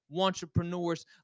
entrepreneurs